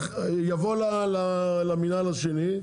הוא יבוא למינהל השני,